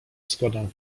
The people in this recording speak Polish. składam